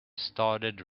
started